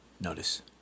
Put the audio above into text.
Notice